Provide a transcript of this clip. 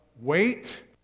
Wait